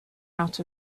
out